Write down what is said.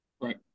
Right